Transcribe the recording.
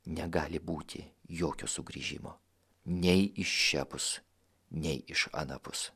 negali būti jokio sugrįžimo nei iš šiapus nei iš anapus